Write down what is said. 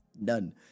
none